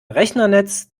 rechnernetz